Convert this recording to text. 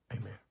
Amen